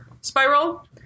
spiral